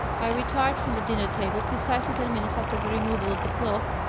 i retired from the dinner-table precisely ten minutes after the removal of the cloth,